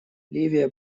ливия